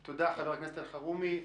תודה, חבר הכנסת אלחרומי.